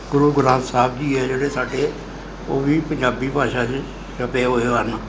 ਗੁਰੂ ਗ੍ਰੰਥ ਸਾਹਿਬ ਜੀ ਹੈ ਜਿਹੜੇ ਸਾਡੇ ਉਹ ਵੀ ਪੰਜਾਬੀ ਭਾਸ਼ਾ 'ਚ ਛਪੇ ਹੋਏ ਹਨ